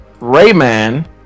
Rayman